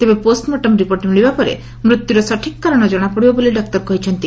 ତେବେ postmortem report ମିଳିବା ପରେ ମୃତ୍ୟୁର ସଠିକ୍ କାରଣ ଜଣାପଡିବ ବୋଲି ଡାକ୍ତର କହିଛନ୍ତି